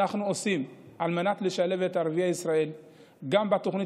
אנחנו עושים על מנת לשלב את ערביי ישראל גם בתוכנית